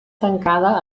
tancada